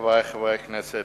חברי חברי הכנסת,